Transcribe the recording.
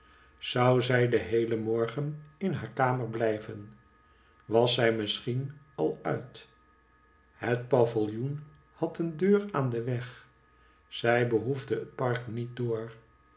zou zij den heelen morgen in haar kamer blijven was zij misschien al uit het pavillioen had een deur aan den weg zij behoefdehet park niet